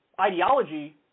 ideology